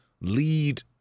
lead